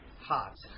hot